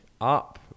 up